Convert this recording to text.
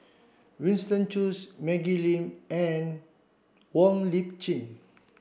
Winston Choos Maggie Lim and Wong Lip Chin